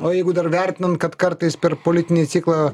o jeigu dar vertinant kad kartais per politinį ciklą